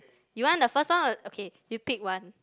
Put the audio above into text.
you want the first one or okay you pick one